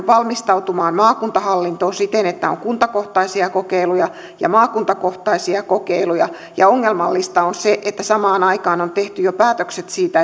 valmistautumaan maakuntahallintoon siten että on kuntakohtaisia kokeiluja ja maakuntakohtaisia kokeiluja ja ongelmallista on se että samaan aikaan on tehty jo päätökset siitä